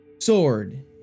sword